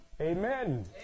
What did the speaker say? Amen